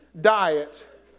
diet